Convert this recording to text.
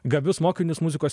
gabius mokinius muzikos